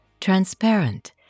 transparent